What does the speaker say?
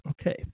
okay